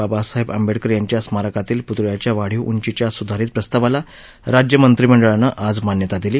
बाबासाहेब आंबेडकर यांच्या स्मारकातील प्तळ्याच्या वाढीव उंचीच्या स्धारित प्रस्तावाला राज्य मंत्रिमंडळानं आज मान्यता दिली